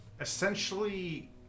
essentially